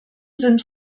sind